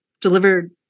delivered